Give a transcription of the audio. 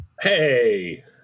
Hey